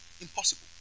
Impossible